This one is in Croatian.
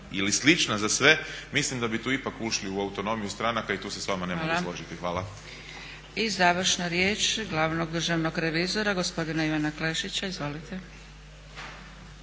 ili slična za sve, mislim da bi tu ipak ušli u autonomiju stranaka i tu se s vama ne mogu složiti. Hvala. **Zgrebec, Dragica (SDP)** Hvala. I završna riječ glavnog državnog revizora gospodina Ivana Klešića. Izvolite.